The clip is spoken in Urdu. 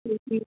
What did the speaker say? جی جی